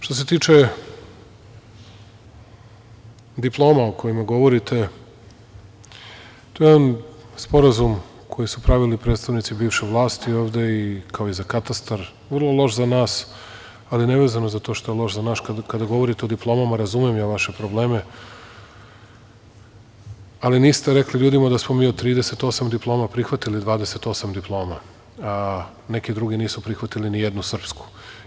Što se tiče diploma o kojima govorite, to je sporazum koji su pravili predstavnici bivše vlasti, ovde, kao i za katastar, vrlo loš za nas, ali ne vezano za to što je loš za nas, kada govorite o diplomama, razumem ja vaše probleme, ali niste rekli ljudima da smo mi 28 diploma prihvatili, neki drugi nisu prihvatili nijednu srpsku.